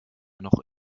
noch